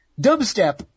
Dubstep